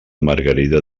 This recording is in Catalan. margarida